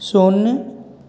शून्य